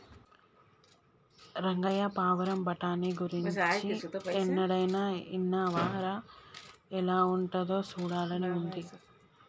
రంగయ్య పావురం బఠానీ గురించి ఎన్నడైనా ఇన్నావా రా ఎలా ఉంటాదో సూడాలని ఉంది